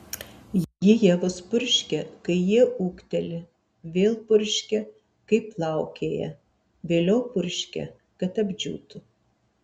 ji javus purškia kai jie ūgteli vėl purškia kai plaukėja vėliau purškia kad apdžiūtų